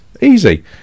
Easy